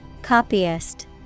Copyist